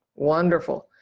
wonderful.